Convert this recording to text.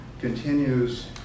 continues